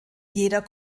jeder